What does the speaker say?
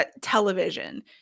television